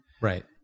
Right